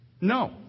No